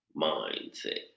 Mindset